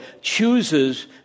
chooses